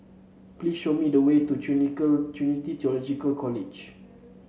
please show me the way to Trinity Theological College